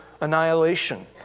annihilation